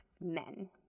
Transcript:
men